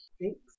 Thanks